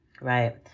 Right